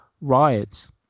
riots